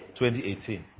2018